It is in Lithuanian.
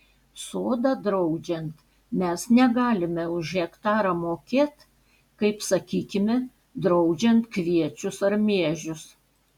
sodą draudžiant mes negalime už hektarą mokėt kaip sakykime draudžiant kviečius ar miežius